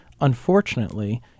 unfortunately